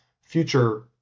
future